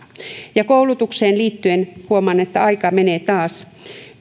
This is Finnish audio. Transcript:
koulutukseen liittyen huomaan että aika menee taas